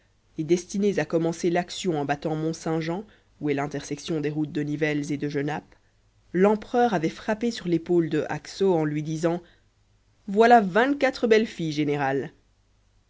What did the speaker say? et destinées à commencer l'action en battant mont-saint-jean où est l'intersection des routes de nivelles et de genappe l'empereur avait frappé sur l'épaule de haxo en lui disant voilà vingt-quatre belles filles général